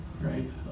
right